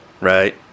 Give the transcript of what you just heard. right